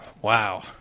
Wow